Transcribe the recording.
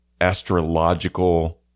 astrological